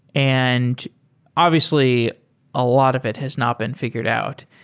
and obviously a lot of it has not been fi gured out.